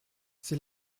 c’est